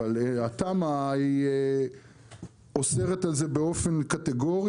אבל התמ"א אוסרת על זה באופן קטגורי